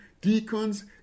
deacons